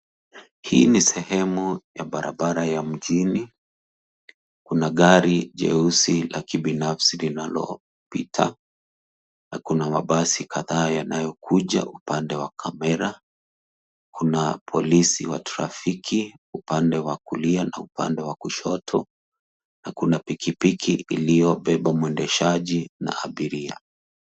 Hii ni sehemu ya barabara ya mjini, kuna gari jeusi la kibinafsi linalopita, na kuna mabasi kadhaa yanayokuja upande wa kamera. Kuna polisi wa trafiki upande wa kulia na upande wa kushoto, na kuna pikipiki iliyobeba mwendeshaji na abiria.